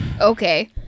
okay